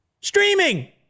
Streaming